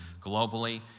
Globally